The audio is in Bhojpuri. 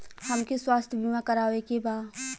हमके स्वास्थ्य बीमा करावे के बा?